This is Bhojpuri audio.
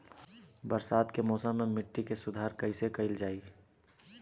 बरसात के मौसम में मिट्टी के सुधार कईसे कईल जाई?